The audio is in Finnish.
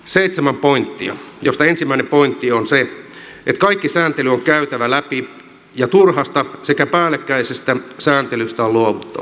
seitsemän pointtia joista ensimmäinen pointti on se että kaikki sääntely on käytävä läpi ja turhasta sekä päällekkäisestä sääntelystä on luovuttava